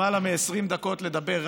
למעלה מ-20 דקות לדבר,